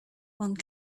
one